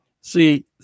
See